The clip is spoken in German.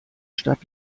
stadt